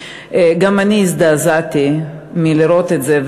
גם אני הזדעזעתי לראות את זה.